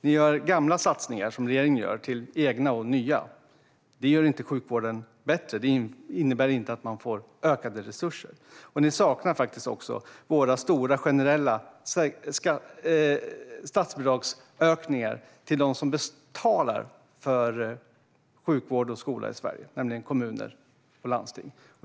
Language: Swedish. Ni gör regeringens gamla satsningar till egna och nya. Det gör inte sjukvården bättre. Det innebär inte att man får ökade resurser. Ni saknar faktiskt också våra stora generella statsbidragsökningar till dem som betalar för sjukvård och skola i Sverige, nämligen kommuner och landsting.